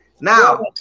Now